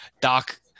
Doc –